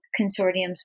consortiums